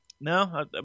no